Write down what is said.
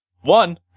One